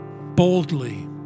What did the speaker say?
boldly